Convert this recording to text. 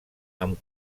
amb